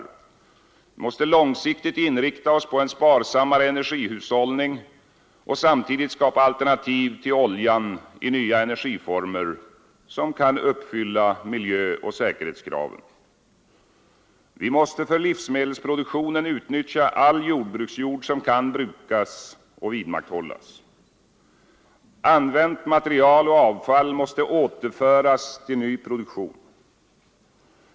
Vi måste långsiktigt inrikta oss på en sparsammare energihushållning och samtidigt skapa alternativ till oljan i nya energiformer, som kan uppfylla miljöoch säkerhetskraven. Vi måste för livsmedelsproduktionen utnyttja all jordbruksjord som kan brukas och vidmakthållas. Använt material och avfall måste återföras till ny produktion.